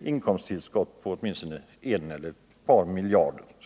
inkomsttillskott åt statskassan på åtminstone en eller ett par miljarder.